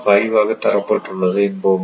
005 ஆக தரப்பட்டுள்ளது என்போம்